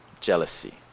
jealousy